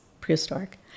prehistoric